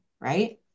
right